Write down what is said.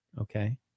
okay